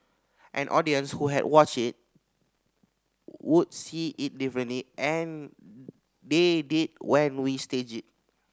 an audience who had watched it would see it differently and they did when we staged it